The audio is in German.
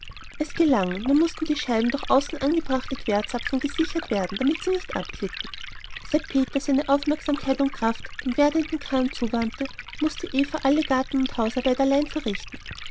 es gelang nur mußten die scheiben durch außen angebrachte querzapfen gesichert werden damit sie nicht abglitten seit peter seine aufmerksamkeit und kraft dem werdenden karren zuwandte mußte eva alle garten und hausarbeit allein verrichten